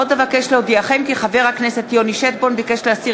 עוד אבקש להודיעכם כי חבר הכנסת יוני שטבון ביקש להסיר